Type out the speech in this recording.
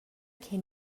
che